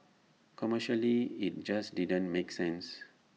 commercially IT just didn't make sense